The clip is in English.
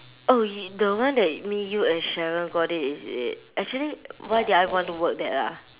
oh y~ the one that me you and cheryl got it is it actually why did I want to work that ah